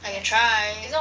I can try